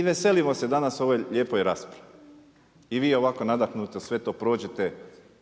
I veselimo se danas ovoj lijepoj raspravi. I vi ovako nadahnuto sve to prođete